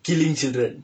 killing children